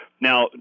Now